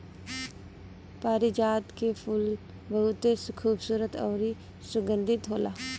पारिजात के फूल बहुते खुबसूरत अउरी सुगंधित होला